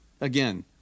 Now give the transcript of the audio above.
Again